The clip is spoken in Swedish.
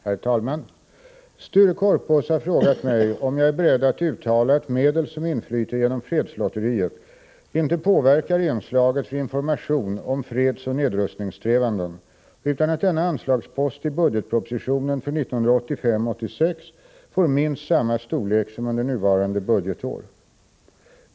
Herr talman! Sture Korpås har frågat mig om jag är beredd att uttala att medel som inflyter genom fredslotteriet inte påverkar anslaget för Informa tion om fredsoch nedrustningssträvanden utan att denna anslagspost i budgetpropositionen för 1985/86 får minst samma storlek som under nuvarande budgetår.